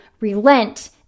relent